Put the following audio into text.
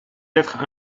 être